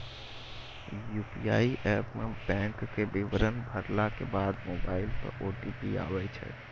UPI app मे बैंको के विबरण भरला के बाद मोबाइल पे ओ.टी.पी आबै छै